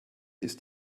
ist